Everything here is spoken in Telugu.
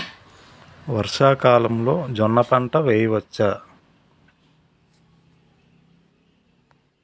వర్షాకాలంలో జోన్న పంటను వేయవచ్చా?